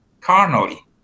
carnally